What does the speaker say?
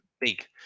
big